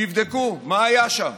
תבדקו מה היה שם.